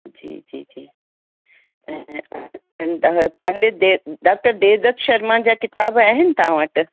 जी जी जी त पंडीत देव डॉक्टर देवदत्त शर्मा जा किताब आहिनि तव्हां वटि